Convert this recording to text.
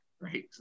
right